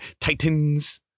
Titans